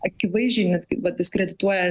akivaizdžiai netgi vat diskredituoja